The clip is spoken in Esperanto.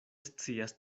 scias